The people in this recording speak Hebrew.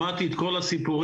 שמעתי את כל הסיפורים.